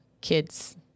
kids